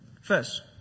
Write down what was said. First